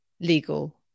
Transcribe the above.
legal